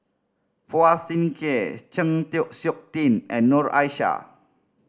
Phua Thin Kiay Chng Seok Tin and Noor Aishah